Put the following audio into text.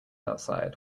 outside